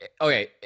okay